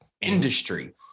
industry